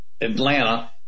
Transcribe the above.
Atlanta